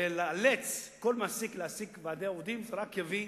לאלץ כל מעסיק להעסיק ועדי עובדים רק יביא